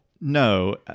No